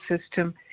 system